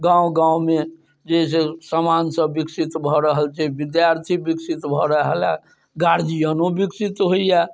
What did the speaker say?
गाँव गाँवमे जे है से समान सब विकसित भऽ रहल छै विद्यार्थी विकसित भऽ रहल हँ गार्जियनो विकसित होइया